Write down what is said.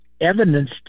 evidence